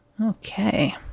Okay